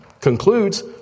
concludes